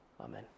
Amen